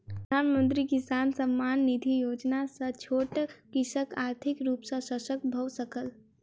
प्रधानमंत्री किसान सम्मान निधि योजना सॅ छोट कृषक आर्थिक रूप सॅ शशक्त भअ सकल